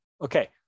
Okay